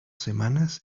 semanas